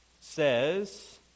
says